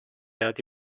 dati